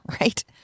Right